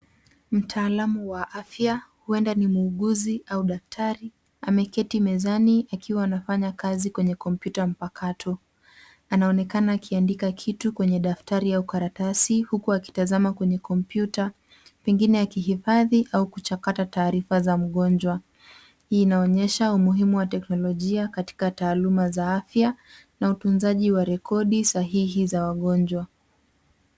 Mtaalamu wa afya huenda ni muuguzi au daktari, ameketi mezani akiwa anafanya kazi kwenye kompyuta mpakato. Anaonekana akiandika kitu kwenye daftari au karatasi huku akitazama kwenye kompyuta, pengine akihifadhi au kuchakata taarifa za mgonjwa. Hii inaonyesha umuhimu wa teknolojia katika taaluma za afya na utunzaji wa rekodi sahihi za wagonjwa.